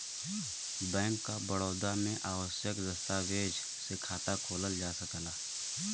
bank of Baroda में आवश्यक दस्तावेज से खाता खोलल जा सकला